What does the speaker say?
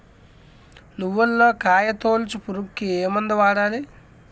నువ్వులలో కాయ తోలుచు పురుగుకి ఏ మందు వాడాలి?